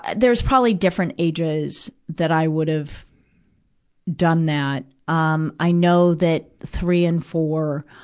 there's probably different ages that i would have done that. um i know that three and four.